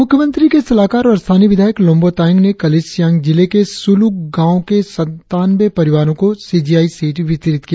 मूख्यमंत्री के सलाहकार और स्थानीय विधायक लोम्बो तायेंग ने कल ईस्ट सियांग जिले के सुल्क गांव के सत्तानवें परिवारों को सी जी आई सीट वितरित किया